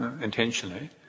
intentionally